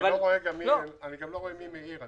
רואה מי מעיר.